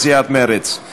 להלן: קבוצת סיעת מרצ.